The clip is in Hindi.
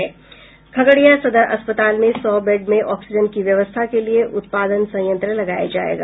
खगड़िया सदर अस्पताल में सौ बेड में ऑक्सीजन की व्यवस्था के लिए उत्पादन संयंत्र लगाया जायेगा